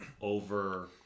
over